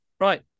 Right